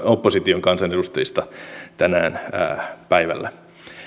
opposition kansanedustajista tänään päivällä